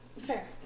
fair